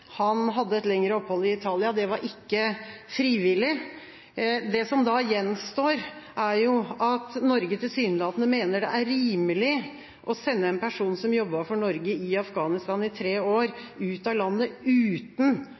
Han hadde et lengre opphold i Italia – det var ikke frivillig. Det som da gjenstår, er at Norge tilsynelatende mener det er rimelig å sende en person som jobbet for Norge i Afghanistan i tre år, ut av landet uten